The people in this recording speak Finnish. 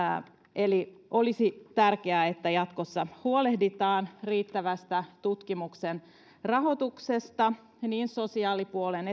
eli olisi tärkeää että jatkossa huolehditaan riittävästä tutkimuksen rahoituksesta niin sosiaalipuolen